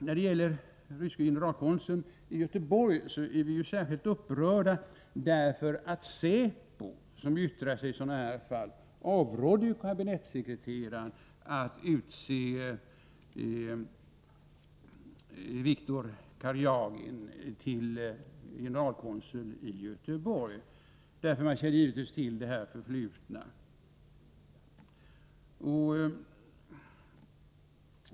När det gäller den ryske generalkonsuln i Göteborg är vi särskilt upprörda därför att säpo, som yttrar sig i sådana här fall, avrådde kabinettssekreteraren från att utse Viktor Karjagin till generalkonsul i Göteborg, eftersom man givetvis kände till hans förflutna.